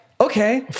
Okay